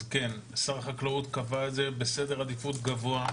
אז כן, שר החקלאות קבע את זה בסדר עדיפות גבוה.